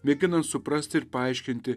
mėginant suprasti ir paaiškinti